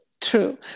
True